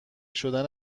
شدن